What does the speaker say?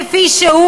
כפי שהוא,